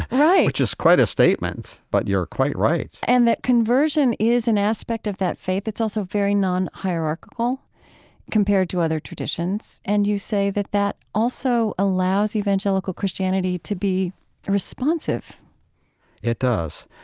right, which is quite a statement, but you're quite right and that conversion is an aspect of that faith. it's also very non-hierarchical compared to other traditions, and you say that that also allows evangelical christianity to be responsive it does.